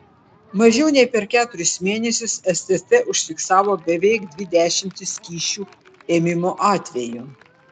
mažiau nei per keturis mėnesius stt užfiksavo beveik dvi dešimtis kyšių ėmimo atvejų